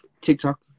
TikTok